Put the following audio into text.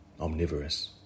omnivorous